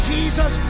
Jesus